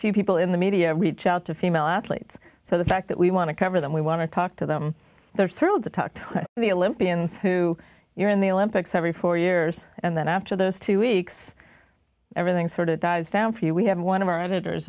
few people in the media reach out to female athletes so the fact that we want to cover them we want to talk to them they're thrilled to talk to the olympians who you're in the olympics every four years and then after those two weeks everything sort of dies down for you we have one of our editors